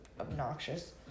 obnoxious